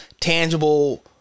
tangible